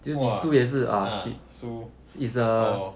!wah! ah 输 err